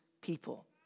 people